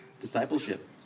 Discipleship